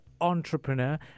entrepreneur